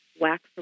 wax